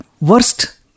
Worst